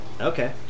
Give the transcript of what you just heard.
Okay